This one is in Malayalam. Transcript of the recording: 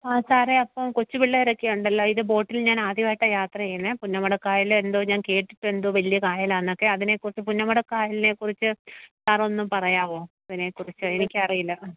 ആ സാറെ അപ്പം കൊച്ചുപിള്ളേരൊക്കെ ഉണ്ടല്ലോ ഇത് ബോട്ടിൽ ഞാൻ ആദ്യമായിട്ടാണ് യാത്ര ചെയ്യുന്നത് പുന്നമടക്കയാൽ എന്തോ ഞാൻ കേട്ടിട്ട് എന്തോ വലിയ കായലാന്നൊക്കെ അതിനെകുറിച്ച് പുന്നമട കായലിനെ കുറിച്ച് സാറൊന്ന് പറയാമോ അതിനെകുറിച്ച് എനിക്ക് അറിയില്ല